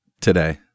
today